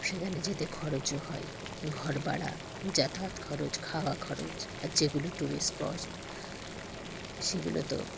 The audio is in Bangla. সেখানে যেতে খরচও হয় ঘর ভাড়া যাতায়াত খরচ খাওয়া খরচ আর যেগুলো ট্যুরিস্ট স্পট সেগুলো তো